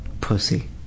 Pussy